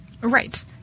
Right